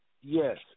Yes